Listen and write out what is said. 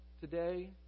today